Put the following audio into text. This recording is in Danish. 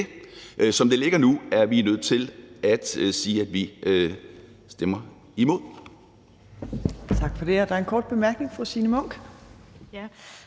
Som det ligger nu, er vi nødt til at sige, at vi stemmer imod.